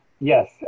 Yes